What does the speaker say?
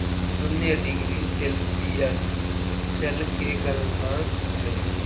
शून्य degree Celsius जल के गलनांक हई